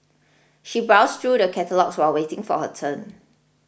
she browsed through the catalogues while waiting for her turn